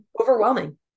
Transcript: overwhelming